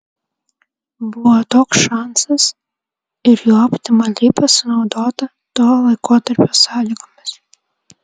buvo toks šansas ir juo optimaliai pasinaudota to laikotarpio sąlygomis